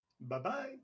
Bye-bye